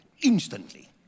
instantly